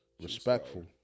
respectful